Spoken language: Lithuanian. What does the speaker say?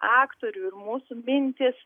aktorių ir mūsų mintys